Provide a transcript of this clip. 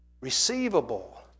receivable